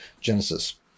Genesis